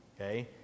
Okay